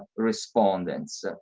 respondents.